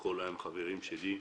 לקרוא להם חברים שלי,